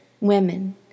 women